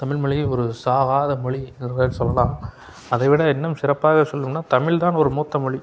தமிழ் மொழி ஒரு சாகாத மொழி என்று சொல்லலாம் அதைவிட இன்னும் சிறப்பாக சொல்லணும்னா தமிழ் தான் ஒரு மூத்த மொழி